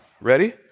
Ready